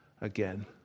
again